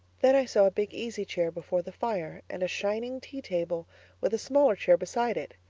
then i saw a big easy chair before the fire and a shining tea table with a smaller chair beside it.